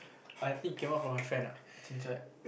I think came out from my friend ah chincai